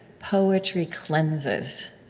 poetry cleanses.